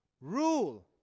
rule